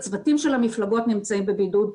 הצוותים של המפלגות נמצאים בבידוד.